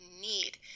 need